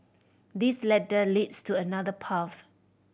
this ladder leads to another path